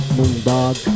Moondog